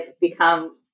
become